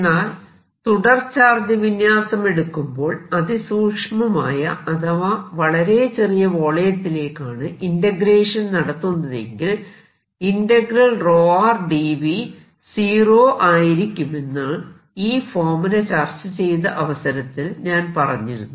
എന്നാൽ തുടർ ചാർജ് വിന്യാസം എടുക്കുമ്പോൾ അതിസൂക്ഷ്മമായ അഥവാ വളരെ ചെറിയ വോളിയത്തിലേക്കാണ് ഇന്റഗ്രേഷൻ നടത്തുന്നതെങ്കിൽ dV → 0 ആയിരിക്കുമെന്ന് ഈ ഫോർമുല ചർച്ച ചെയ്ത അവസരത്തിൽ ഞാൻ പറഞ്ഞിരുന്നു